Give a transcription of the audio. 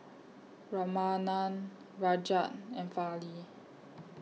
Ramanand Rajat and Fali